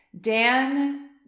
Dan